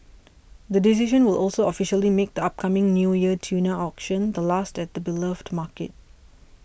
the decision will also officially make the upcoming New Year tuna auctions the last at the beloved market